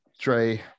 Trey